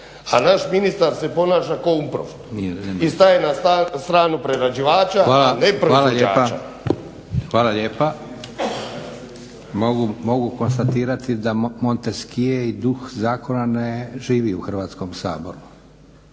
a naš ministar se ponaša kao umro i staje na stranu prerađivača a ne proizvođača. **Leko, Josip (SDP)** Hvala lijepo. Mogu konstatirati da Monteskie i duh zakon ne živi u Hrvatskom saboru.